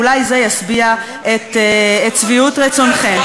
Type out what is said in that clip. ואולי זה יהיה לשביעות רצונכם.